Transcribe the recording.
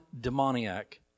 demoniac